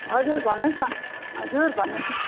हजुर भन्नुहोस् न हजुर भन्नुहोस् न